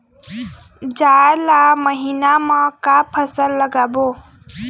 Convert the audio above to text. जाड़ ला महीना म का फसल लगाबो?